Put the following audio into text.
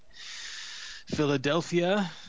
Philadelphia